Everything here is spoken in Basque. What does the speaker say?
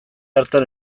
hartan